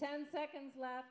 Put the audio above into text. ten seconds left